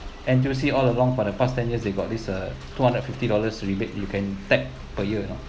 N_T_U_C all along for the past ten years they got this uh two hundred and fifty dollars rebate you can tap per year you know